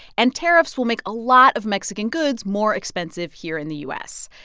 and tariffs will make a lot of mexican goods more expensive here in the u s.